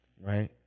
Right